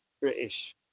British